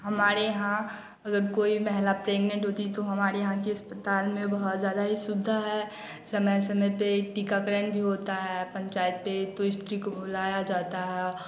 हमारे यहाँ अगर कोई महिला प्रेग्नेंट होती है तो हमारे यहाँ के अस्पताल में बहुत ज़्यादा सुविधा है समय समय पर टीकाकरण भी होता है पंचायत पर स्त्री को बुलाया जाता है